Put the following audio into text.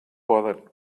poden